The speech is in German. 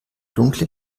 dunkle